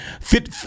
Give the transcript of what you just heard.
fit